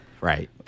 Right